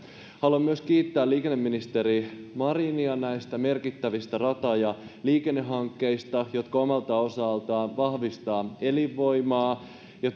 haluan myös kiittää liikenneministeri marinia näistä merkittävistä rata ja liikennehankkeista jotka omalta osaltaan vahvistavat elinvoimaa ja